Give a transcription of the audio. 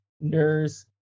Nurse